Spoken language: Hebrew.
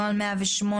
נוהל 108,